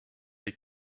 est